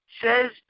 says